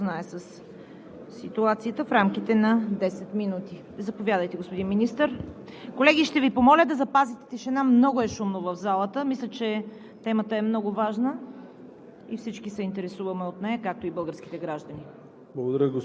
с министъра на вътрешните работи господин Христо Терзийски, за да ни запознае със ситуацията, в рамките на 10 минути. Колеги, ще Ви помоля да запазите тишина – много е шумно в залата! Мисля, че темата е много важна